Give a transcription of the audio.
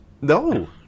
No